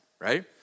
right